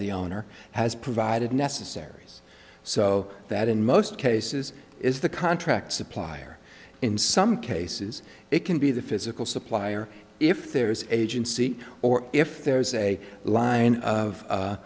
the owner has provided necessaries so that in most cases is the contract supplier in some cases it can be the physical supplier if there is agency or if there is a line of